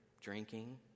drinking